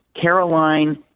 Caroline